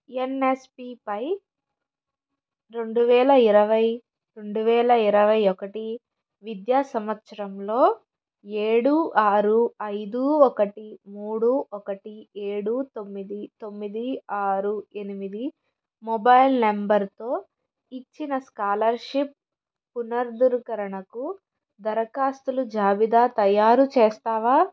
ఎన్ఎస్పిపై రెండు వేల ఇరవై రెండు వేల ఇరవై ఒకటి విద్యా సంవత్సరంలో ఏడు ఆరు ఐదు ఒకటి మూడు ఒకటి ఏడు తొమ్మిది తొమ్మిది ఆరు ఎనిమిది మొబైల్ నెంబరుతో ఇచ్చిన స్కాలర్షిప్ పునర్ద్కరణకు దరఖాస్తుల జాబితా తయారుచేస్తావా